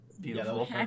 beautiful